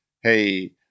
hey